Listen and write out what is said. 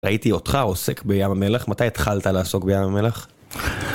ראיתי אותך עוסק בים המלח, מתי התחלת לעסוק בים המלח?